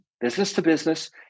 business-to-business